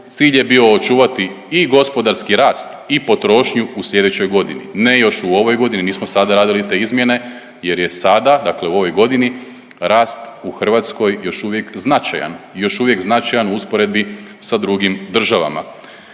cilj je bio očuvati i gospodarski rast i potrošnju u sljedećoj godini. Ne još u ovoj godini, nismo sad radili te izmjene jer je sada dakle u ovoj godini rast u Hrvatskoj još uvijek značajan, još uvijek značajan u usporedbi sa drugim državama.